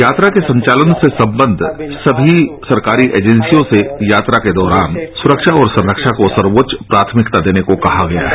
यात्रा के संचालन से सम्बद्ध सभी सरकारी एजेंसियों से यात्रा के दौरान सुरक्षा और संरक्षा को सर्वोच्च प्राथमिकता देने को कहा गया है